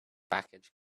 package